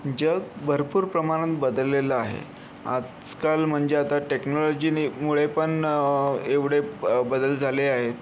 जग भरपूर प्रमाणात बदललेलं आहे आजकाल म्हणजे आता टेक्नॉलॉजीनी मुळे पण एवढे ब बदल झाले आहेत